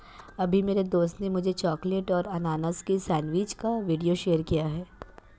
अभी मेरी दोस्त ने मुझे चॉकलेट और अनानास की सेंडविच का वीडियो शेयर किया है